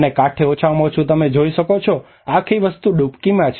અને કાંઠે ઓછામાં ઓછું તમે જોઈ શકો છો કે આખી વસ્તુ ડૂબકીમાં છે